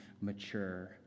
mature